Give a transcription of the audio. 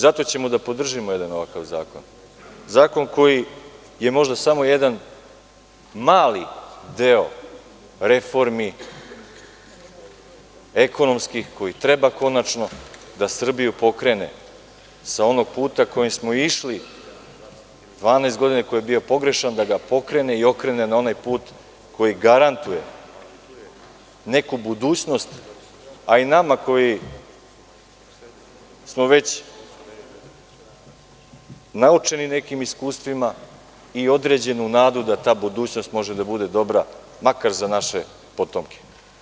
Zato ćemo da podržimo jedan ovakav zakon, zakon koji je možda samo jedan mali deo reformi ekonomskih, koje trebaju konačno Srbiju da pokrenu sa onog puta kojim smo išli 12 godina i koji je bio pogrešan, da ga pokrene i okrene na onaj put koji garantuje neku budućnost, a i nama koji smo već naučeni nekim iskustvima i određenu nadu da ta budućnost može da bude dobra, makar za naše potomke.